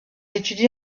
étudie